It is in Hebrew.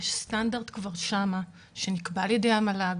יש שם כבר סטנדרט שנקבע על-ידי המל"ג,